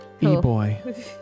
E-boy